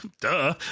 Duh